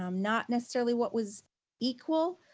um not necessarily what was equal,